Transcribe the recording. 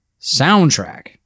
Soundtrack